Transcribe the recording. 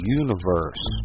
universe